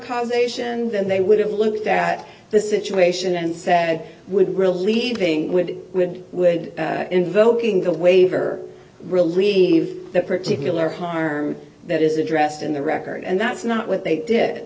conservation then they would have looked at the situation and said would relieving would would would invoking the waiver relieve the particular harm that is addressed in the record and that's not what they did